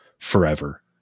Forever